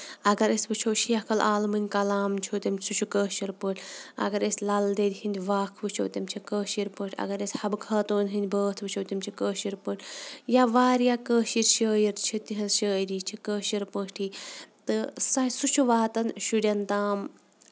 اَگر أسۍ وٕچھو شیخو العالمُن کَلام چھُ سُہ چھُ کٲشرِ پٲٹھۍ اَگر أسۍ لال دید ہِندۍ واکھ وٕچھو تِم چھِ کٲشِر پٲٹھۍ اَگر أسۍ ہبہٕ خٲتوٗن ہِندۍ بٲتھ وٕچھو تِم چھِ کٲشِر پٲٹھۍ یا واریاہ کٲشِر شٲعر چھِ تِہنز شاعرِ چھِ کٲشِر پٲٹھی تہٕ سُہ چھُ واتان شُرین تام